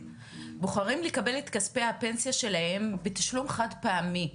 לקבל את כספי הפנסיה שלהם בתשלום חד פעמי.